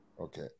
Okay